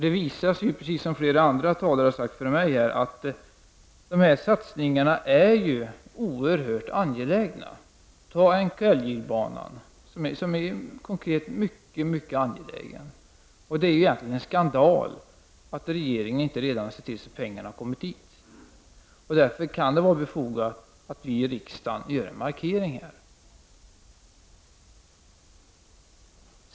Det visar sig, precis som flera andra talare har sagt här tidigare, att dessa satsningar är oerhört angelägna. Satsningen på NKIJ-banan är exempelvis mycket angelägen. Det är egentligen en skandal att regeringen inte redan har tillsett att pengarna kommit dit. Därför kan det vara befogat att riksdagen gör en markering.